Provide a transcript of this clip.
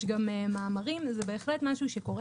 יש גם מאמרים וזה בהחלט משהו שקורה.